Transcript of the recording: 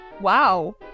Wow